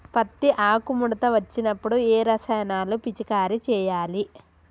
పత్తి ఆకు ముడత వచ్చినప్పుడు ఏ రసాయనాలు పిచికారీ చేయాలి?